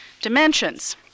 dimensions